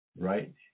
right